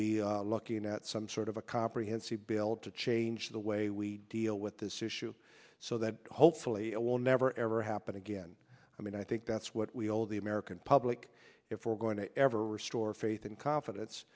be looking at some sort of a comprehensive bill to change the way we deal with this issue so that hopefully it will never ever happen again i mean i think that's what we owe the american public if we're going to ever restore faith and confidence